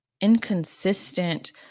inconsistent